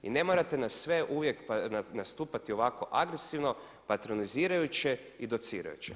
I ne morate nas uvijek nastupati ovako agresivno patronizirajuće i docirajuće.